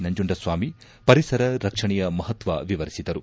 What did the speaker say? ನಂಜುಂಡಸ್ವಾಮಿ ಪರಿಸರ ರಕ್ಷಣೆಯ ಮಹತ್ವ ವಿವರಿಸಿದರು